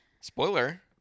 spoiler